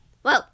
Whoa